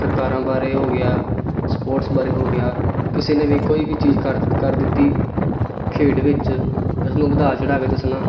ਸਰਕਾਰਾਂ ਬਾਰੇ ਹੋ ਗਿਆ ਸਪੋਰਟਸ ਬਾਰੇ ਹੋ ਗਿਆ ਕਿਸੇ ਨੇ ਵੀ ਕੋਈ ਵੀ ਚੀਜ਼ ਕਰ ਦਿੱ ਕਰ ਦਿੱਤੀ ਖੇਡ ਵਿੱਚ ਇਸ ਨੂੰ ਵਧਾ ਚੜ੍ਹਾ ਕੇ ਦੱਸਣਾ